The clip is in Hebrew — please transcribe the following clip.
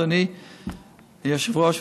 אדוני היושב-ראש,